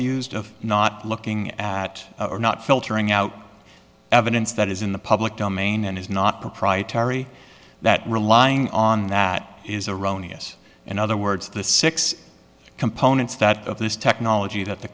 used of not looking at or not filtering out evidence that is in the public domain and is not proprietary that relying on that is erroneous in other words the six components that of this technology that the